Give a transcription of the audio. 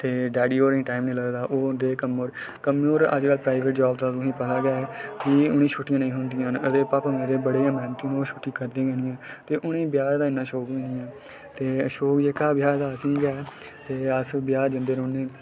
daddy होरें गी time निं लग्गदा ओह् होंदे कम्मै र कम्मै अजकल प्राइवेट जॉव दा तुसें गी पता गै ऐ फ्ही उ'नेंई छुट्टियां नेईं थ्होंदियां न ते पापा मेरे बड़े गै मैह्नती न ओह् छुट्टी करदे गै निं ते उ'नेंई ब्याह् दा इ'न्ना शौक बी नेईं ऐ ते शौक जेह्का ब्याह् दा असें ई गै ऐ ते अस ब्याह् जंदे रौंह्ने